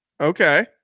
Okay